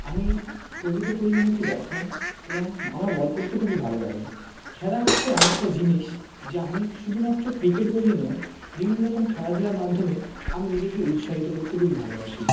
আমি প্রকৃত পরিমাণে একটি ব্যাটসম্যান এবং আমার বল করতে খুবই ভালো লাগে খেলা হচ্ছে এমন একটা জিনিস যা আমি শুধুমাত্র ক্রিকেট বলেই নয় বিভিন্ন রকম খেলাধুলার মাধ্যমে আমি নিজেকে উৎসাহিত করতে খুবই ভালোবাসি